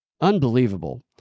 unbelievable